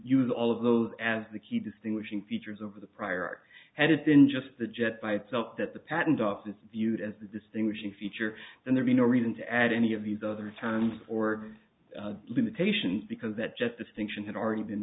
use all of those as the key distinguishing features over the prior art and in just the jet by itself that the patent office viewed as the distinguishing feature and there be no reason to add any of these other time or limitations because that just distinction had already been